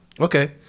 Okay